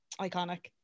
iconic